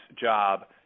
job